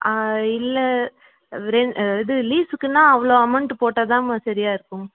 ஆ இல்லை இது லீசுக்குன்னா அவ்வளோ அமௌண்ட் போட்டால் தான்ம்மா சரியாக இருக்கும்